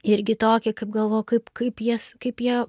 irgi tokį kaip galvoju kaip kaip jie kaip jie